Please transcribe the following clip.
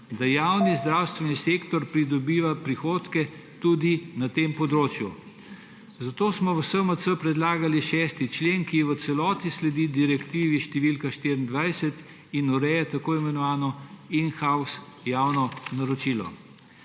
da javni zdravstveni sektor pridobiva prihodke tudi na tem področju. Zato smo v SMC predlagali 6. člen, ki v celoti sledi direktivi številka 24 in ureja tako imenovano in-house javno naročilo.